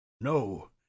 No